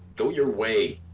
go your way.